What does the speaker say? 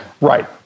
Right